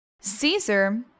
Caesar